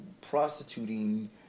prostituting